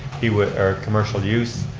or commercial use,